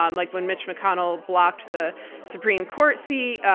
um like when mitch mcconnell blocked the supreme court seat,